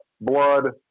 blood